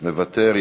מוותר.